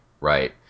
right